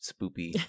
spoopy